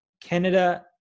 Canada